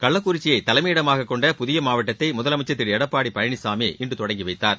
கள்ளக்குறிச்சியை தலைமையிடமாக கொண்ட புதிய மாவட்டத்தை முதலமைச்சர் திரு எடப்பாடி பழனிசாமி இன்று தொடங்கி வைத்தார்